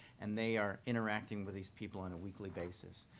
and they are interacting with these people on a weekly basis.